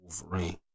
Wolverine